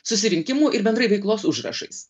susirinkimų ir bendrai veiklos užrašais